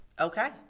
okay